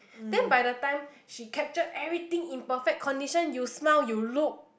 then by the time she capture everything in perfect condition you smile you look